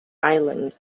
island